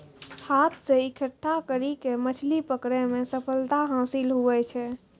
हाथ से इकट्ठा करी के मछली पकड़ै मे सफलता हासिल हुवै छै